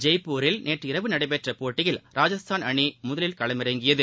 ஜெய்ப்பூரில் நேற்றிரவு நடைபெற்ற போட்டியில் ராஜஸ்தான் அணி முதலில் களமிறங்கியது